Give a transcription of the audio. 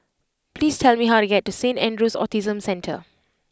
please tell me how to get to Saint Andrew's Autism Centre